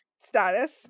status